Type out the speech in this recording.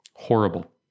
Horrible